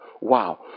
Wow